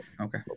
okay